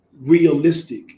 realistic